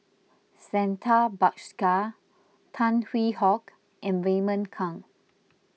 Santha Bhaskar Tan Hwee Hock and Raymond Kang